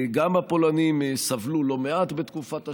גם הפולנים סבלו לא מעט בתקופת השואה,